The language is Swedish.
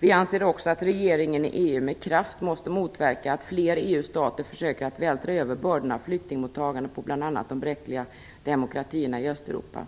Vi anser också att regeringen i EU med kraft måste motverka att fler EU-stater försöker vältra över bördorna av flyktingmottagandet på bl.a. de bräckliga demokratierna i Östeuropa.